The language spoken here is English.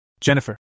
Jennifer